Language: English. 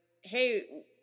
Hey